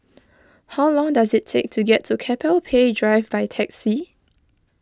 how long does it take to get to Keppel Bay Drive by taxi